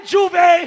Juve